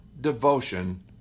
devotion